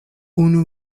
unu